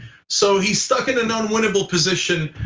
so he stuck in an unwinnable position.